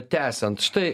tęsiant štai